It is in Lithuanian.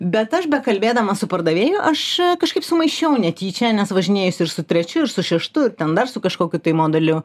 bet aš bekalbėdama su pardavėju aš kažkaip sumaišiau netyčia nes važinėjus ir su trečiu ir su šeštu ir ten dar su kažkokiu tai modeliu